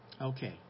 Okay